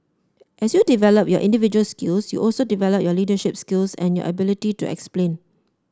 as you develop your individual skills you also develop your leadership skills and your ability to explain